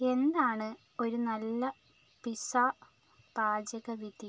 എന്താണ് ഒരു നല്ല പിസ്സ പാചകവിധി